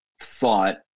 thought